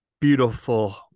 beautiful